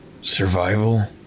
Survival